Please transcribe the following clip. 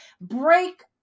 break